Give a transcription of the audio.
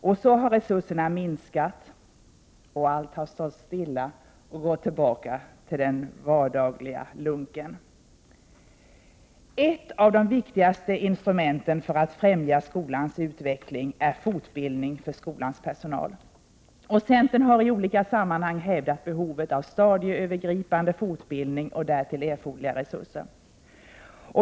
Och så har resurserna minskat, det har stått stilla och allt har gått tillbaka till den vardagliga lunken. Ett av de viktigaste instrumenten för att främja skolans utveckling är fortbildning för skolans personal. Centern har i olika sammanhang hävdat behovet av stadieövergripande fortbildning och därtill erforderliga resurser.